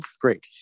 great